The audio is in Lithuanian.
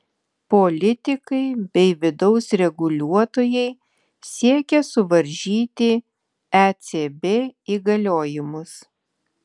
politikai bei vidaus reguliuotojai siekia suvaržyti ecb įgaliojimus